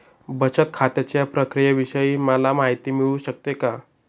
बचत खात्याच्या प्रक्रियेविषयी मला माहिती मिळू शकते का?